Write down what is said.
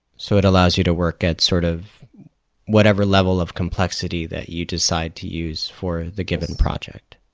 so it allows you to work at sort of whatever level of complexity that you decide to use for the given project.